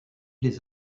les